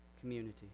community